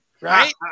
right